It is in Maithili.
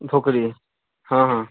भोकरे हँ हँ